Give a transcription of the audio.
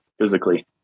physically